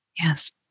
Yes